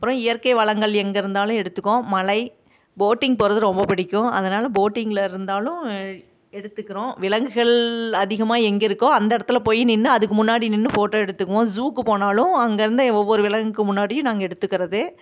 அப்புறம் இயற்கை வளங்கள் எங்கே இருந்தாலும் எடுத்துக்குவோம் மலை போட்டிங் போகறது ரொம்ப பிடிக்கும் அதனால் போட்டிங்கில் இருந்தாலும் எடுத்துக்கிறோம் விலங்குகள் அதிகமாக எங்கே இருக்கோ அந்த இடத்துல போய் நின்று அதுக்கு முன்னாடி நின்று ஃபோட்டோ எடுத்துக்குவோம் ஜூக்கு போனாலும் அங்கே இருந்த ஒவ்வொரு விலங்குக்கு முன்னாடியும் நாங்கள் எடுத்துக்கிறது